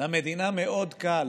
למדינה מאוד קל